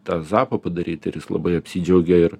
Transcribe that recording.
tą zapą padaryt ir jis labai apsidžiaugė ir